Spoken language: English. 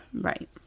right